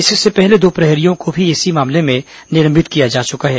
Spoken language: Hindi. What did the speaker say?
इससे पहले दो प्रहरियों को इसी मामले में निलंबित किया जा चुका है